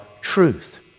truth